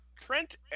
Trent